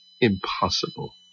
impossible